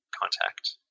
contact